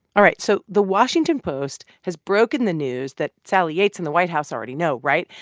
all right. so the washington post has broken the news that sally yates and the white house already know, right?